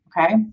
okay